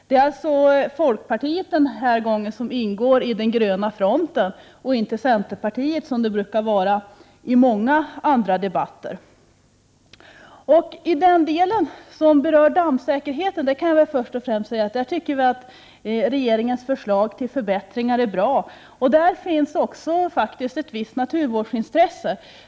Det är alltså folkpartiet som den här gången ingår i den gröna fronten och inte centerpartiet, vilket brukar vara fallet i många andra debatter. Jag vill först och främst säga att miljöpartiet anser att regeringens förslag till förbättringar är bra i den del det berör dammsäkerheten. Förslaget visar faktiskt också på ett visst naturvårdsintresse.